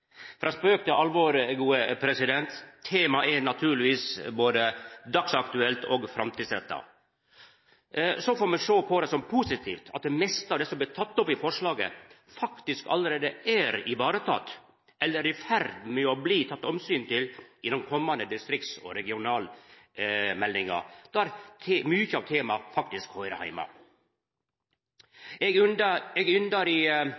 er naturlegvis både dagsaktuelt og framtidsretta. Me får sjå på det som positivt at det meste av det som blir teke opp i forslaget, allereie er vareteke eller er i ferd med å bli teke omsyn til i den kommande distrikts- og regionalmeldinga, der mykje av temaet faktisk høyrer heime. Eg yndar i